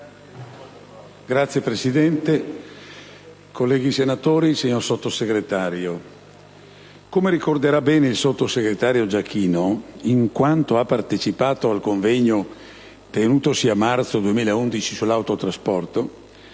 Signor Presidente, colleghi senatori, signor Sottosegretario, come ricorderà bene il sottosegretario Giachino, in quanto ha partecipato al convegno tenutosi a marzo 2011 sull'autotrasporto,